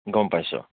গম পাইছোঁ